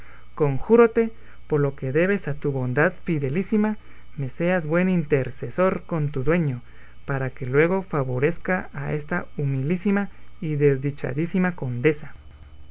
mundo conjúrote por lo que debes a tu bondad fidelísima me seas buen intercesor con tu dueño para que luego favorezca a esta humilísima y desdichadísima condesa